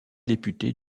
député